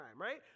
right